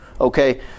Okay